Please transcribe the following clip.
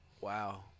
Wow